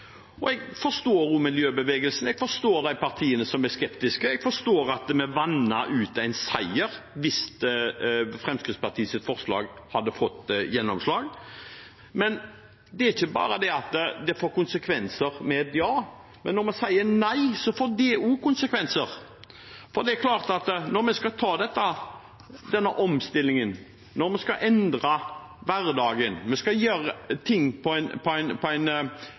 Jeg forstår miljøbevegelsen og de partiene som er skeptiske. Jeg forstår at man hadde vannet ut en seier hvis Fremskrittspartiets forslag hadde fått gjennomslag. Men det er ikke bare det at et ja får konsekvenser, men når vi sier nei, så får det også konsekvenser. For det er klart at når vi skal ta denne omstillingen, når vi skal endre hverdagen og vi skal gjøre ting på en